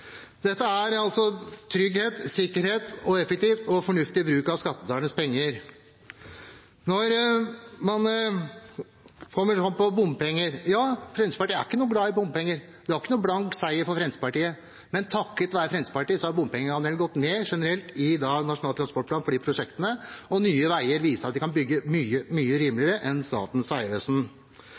Dette er trygghet, sikkerhet og effektiv og fornuftig bruk av skattebetalernes penger. Til bompenger: Fremskrittspartiet er ikke glad i bompenger. Det er ikke noen blank seier for Fremskrittspartiet. Men takket være Fremskrittspartiet har bompengeandelen generelt gått ned i Nasjonal transportplans prosjekter, og Nye Veier viser at de kan bygge mye, mye rimeligere enn Statens vegvesen.